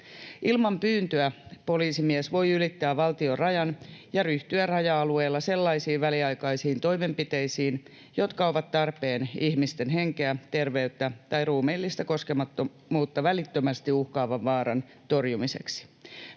Ilman pyyntöä poliisimies voi ylittää valtion rajan ja ryhtyä raja-alueella sellaisiin väliaikaisiin toimenpiteisiin, jotka ovat tarpeen ihmisten henkeä, terveyttä tai ruumiillista koskemattomuutta välittömästi uhkaavan vaaran torjumiseksi.